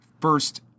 first